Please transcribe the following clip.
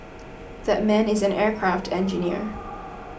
that man is an aircraft engineer